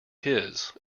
his